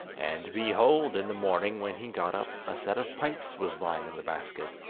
and, behold! in the morning when he got up a set of pipes was lying in the basket.